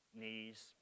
knees